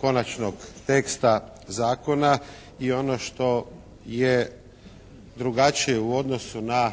konačnog teksta zakona i ono što je drugačije u odnosu na